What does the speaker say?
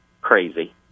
crazy